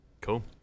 Cool